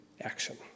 action